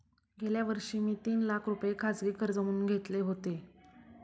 गेल्या वर्षी मी तीन लाख रुपये खाजगी कर्ज म्हणून घेतले होते